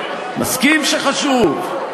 מסכים שחשוב.